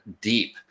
deep